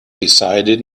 decided